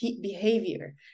behavior